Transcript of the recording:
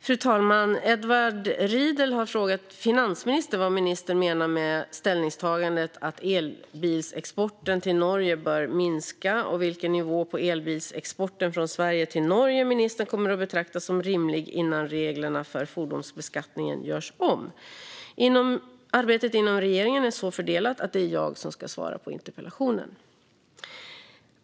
Fru talman! Edward Riedl har frågat finansministern vad ministern menar med ställningstagandet att elbilsexporten till Norge bör minska, och vilken nivå på elbilsexporten från Sverige till Norge ministern kommer att betrakta som rimlig innan reglerna för fordonsbeskattningen görs om. Arbetet inom regeringen är så fördelat att det är jag som ska svara på interpellationen.